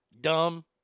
dumb